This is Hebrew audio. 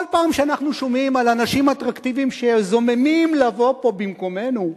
כל פעם שאנחנו שומעים על אנשים אטרקטיביים שזוממים לבוא פה במקומנו,